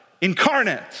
incarnate